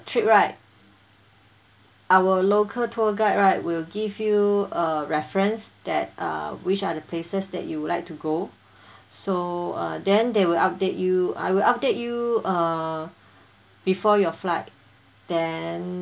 trip right our local tour guide right will give you a reference that err which are the places that you would like to go so uh then they will update you I will update you err before your flight then